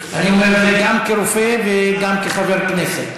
אני אומר את זה גם כרופא וגם כחבר כנסת.